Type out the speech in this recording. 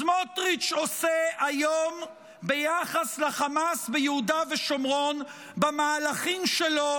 סמוטריץ' עושה היום ביחס לחמאס ביהודה ושומרון במהלכים שלו,